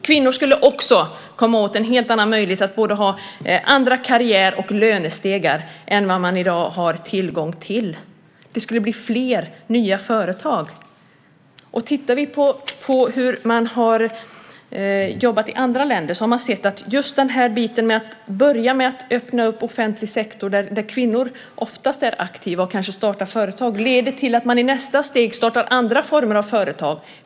Kvinnor skulle också komma åt möjligheten att ha andra karriär och lönestegar än vad de i dag har tillgång till. Det skulle bli fler nya företag. Tittar vi på hur man har jobbat i andra länder ser vi att när de har börjat öppna offentlig sektor, där kvinnor oftast är aktiva och kanske har startat företag, har det lett till att kvinnor i nästa steg startar andra former av företag.